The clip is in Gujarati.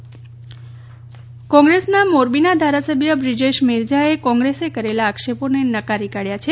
કોંગ્રેસના ધારાસભ્ય કોંગ્રેસના મોરબીના ધારાસભ્ય બ્રિજેશ મેરજાએ કોંગ્રેસ કરેલા આક્ષેપોને નકારી કાઢ્યા છે